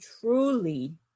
truly